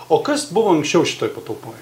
o kas buvo anksčiau šitoj patalpoj